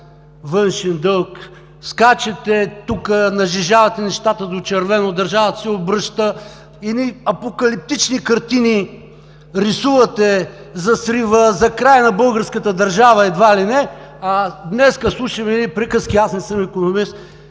външен дълг скачате тук, нажежавате нещата до червено, държавата се обръща и рисувате едни апокалиптични картини за срива, за края на българската държава, едва ли не, а днес слушам едни приказки, аз не съм икономист,